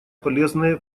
полезные